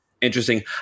interesting